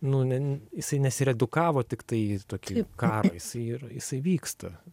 nu ne jisai nesiredukavo tiktai į tokį karą jis ir jisai vyksta